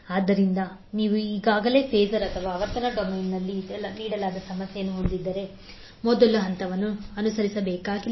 ಆದ್ದರಿಂದ ನೀವು ಈಗಾಗಲೇ ಫಾಸರ್ ಅಥವಾ ಆವರ್ತನ ಡೊಮೇನ್ನಲ್ಲಿ ನೀಡಲಾದ ಸಮಸ್ಯೆಯನ್ನು ಹೊಂದಿದ್ದರೆ ನಾವು ಮೊದಲ ಹಂತವನ್ನು ಅನುಸರಿಸಬೇಕಾಗಿಲ್ಲ